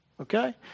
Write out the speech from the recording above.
Okay